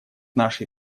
нашей